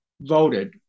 voted